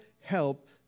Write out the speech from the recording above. help